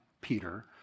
Peter